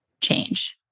change